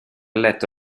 letto